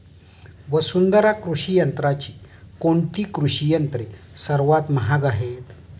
वसुंधरा कृषी यंत्राची कोणती कृषी यंत्रे सर्वात महाग आहेत?